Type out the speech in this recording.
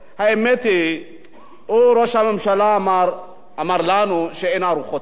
האמת היא, ראש הממשלה אמר לנו שאין ארוחות חינם.